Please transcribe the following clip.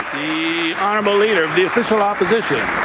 the honourable leader of the official opposition.